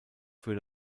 für